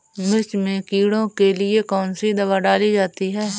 मिर्च में कीड़ों के लिए कौनसी दावा डाली जाती है?